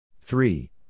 three